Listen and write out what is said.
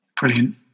brilliant